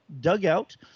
dugout